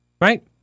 right